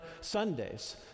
Sundays